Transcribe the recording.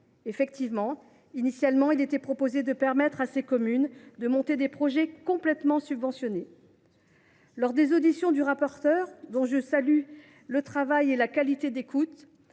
d’investissement. Initialement, il était en effet proposé de permettre à ces communes de monter des projets complètement subventionnés. Lors des auditions du rapporteur, dont je salue le travail et la qualité d’écoute